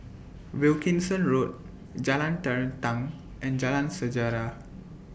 Wilkinson Road Jalan Terentang and Jalan Sejarah